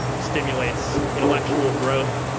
stimulates intellectual growth,